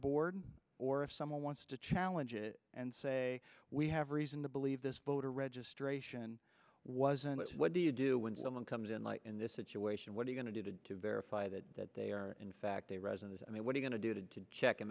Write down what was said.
board or if someone wants to challenge it and say we have reason to believe this voter registration wasn't what do you do when someone comes in in this situation what are you going to do to verify that that they are in fact a residence i mean what you going to do to check and